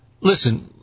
listen